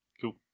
Cool